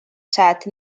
set